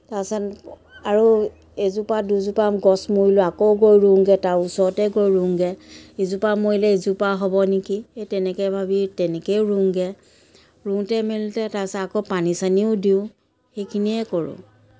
তাৰ পিছত আৰু এজোপা দুজোপা গছ মৰিলেও আকৌ গৈ ৰোওঁগৈ তাৰ ওচৰতে গৈ ৰোওঁগৈ ইজোপা মৰিলে ইজোপা হ'ব নেকি এই তেনেকেই ভাবি তেনেকেই ৰোওঁগৈ ৰোওঁতে মেলোঁতে তাৰ পাছত আকৌ পানী চানীও দিওঁ সেইখিনিয়ে কৰোঁ